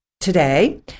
today